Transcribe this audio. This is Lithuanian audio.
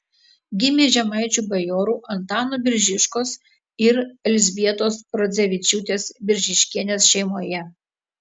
gimė žemaičių bajorų antano biržiškos ir elzbietos rodzevičiūtės biržiškienės šeimoje